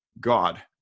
God